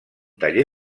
taller